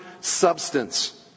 substance